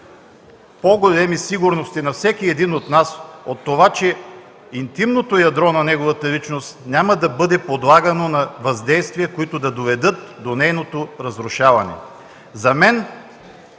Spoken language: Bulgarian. по големи сигурности на всеки един от нас, от това, че интимното ядро на неговата личност няма да бъде подлагано на въздействия, които да доведат до нейното разрушаване. За мен